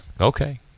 Okay